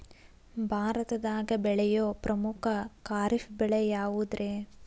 ಭಾರತದಾಗ ಬೆಳೆಯೋ ಪ್ರಮುಖ ಖಾರಿಫ್ ಬೆಳೆ ಯಾವುದ್ರೇ?